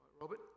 Robert